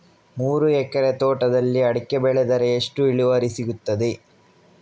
ಮೂರು ಎಕರೆ ತೋಟದಲ್ಲಿ ಅಡಿಕೆ ಬೆಳೆದರೆ ಎಷ್ಟು ಇಳುವರಿ ಸಿಗುತ್ತದೆ?